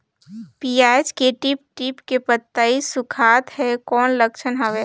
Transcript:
पियाज के टीप टीप के पतई सुखात हे कौन लक्षण हवे?